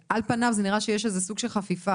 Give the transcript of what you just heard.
פניו זה נראה שיש איזה סוג של חפיפה.